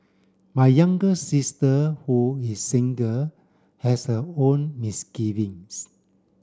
my younger sister who is single has her own misgivings